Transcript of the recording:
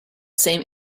same